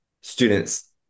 students